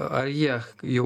ar jie jau